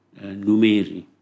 Numeri